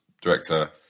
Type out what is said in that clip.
director